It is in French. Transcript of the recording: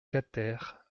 quater